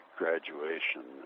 graduation